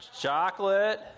chocolate